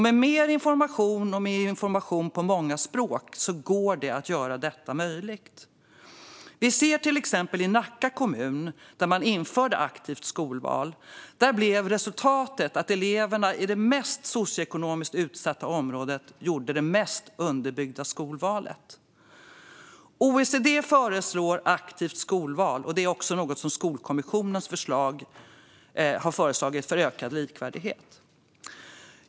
Med mer information och information på många språk går det att göra detta. Vi ser till exempel i Nacka kommun, där man införde aktivt skolval, att resultatet blev att eleverna i det socioekonomiskt mest utsatta området gjorde det bäst underbyggda skolvalet. OECD föreslår aktivt skolval, och det är också ett av Skolkommissionens förslag för ökad likvärdighet.